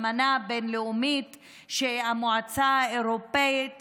אמנה בין-לאומית שהמועצה האירופאית